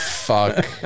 Fuck